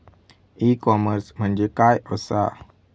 E commerce म्हणजे काय असा?